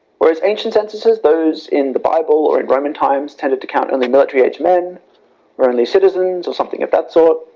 whereas ancient censuses, those in the bible or in roman times tended to count only military aged men or early citizens or something of that sort.